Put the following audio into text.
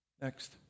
Next